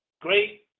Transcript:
great